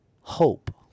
hope